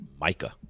Micah